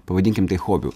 pavadinkim tai hobiu